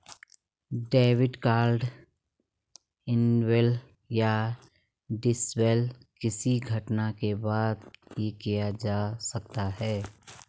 debit card enable या disable किसी घटना के बाद ही किया जा सकता है